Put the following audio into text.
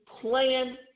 plan